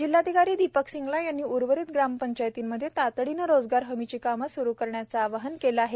जिल्हाधिकारी दीपक सिंगला यांनी उर्वरित ग्रामपंचायतीमध्येही तातडीने रोजगार हमीची कामे सुरू करावीत असे आवाहन केले आहे